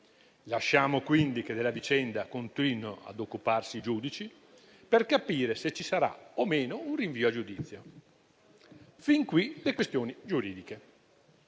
Lasciamo quindi che della vicenda continuino ad occuparsi i giudici, per capire se ci sarà o meno un rinvio a giudizio. Fin qui, le questioni giuridiche.